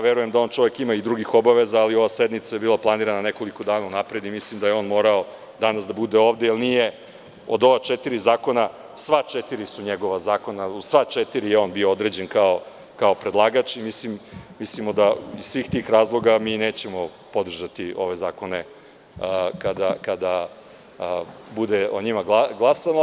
Verujem da on ima i drugih obaveza, ali ova sednica je bila planirana nekoliko dana unapred i mislim da je on morao danas da bude ovde, jer od ova četiri zakona, sva četiri zakona su njegova, u sva četiri je on bio određen kao predlagač i mislimo da iz svih tih razloga mi nećemo podržati ove zakone kada se bude o njima glasalo.